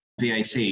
VAT